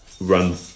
Run